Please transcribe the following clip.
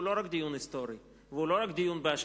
הוא לא רק דיון היסטורי, והוא לא רק דיון בהשלכות,